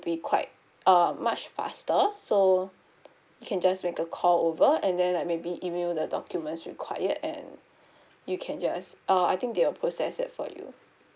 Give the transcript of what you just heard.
be quite uh much faster so you can just make a call over and then like maybe email the documents required and you can just uh I think they will process that for you